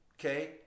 Okay